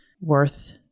worth